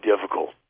difficult